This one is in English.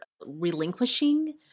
relinquishing